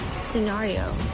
scenario